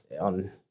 on